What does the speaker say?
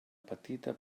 petita